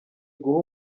iguhe